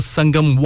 Sangam